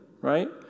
right